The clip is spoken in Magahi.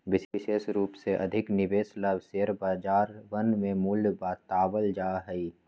विशेष रूप से अधिक निवेश ला शेयर बजरवन में मूल्य बतावल जा हई